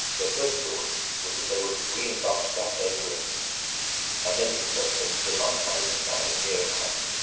their first thought was that they would re-embark that day for england and then it occured to them that they might find an asylum nearer at hand.